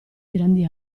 grandi